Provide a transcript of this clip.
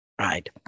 right